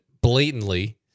blatantly